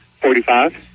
Forty-five